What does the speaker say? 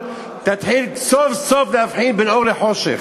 תתחיל סוף-סוף להבחין בין אור לחושך.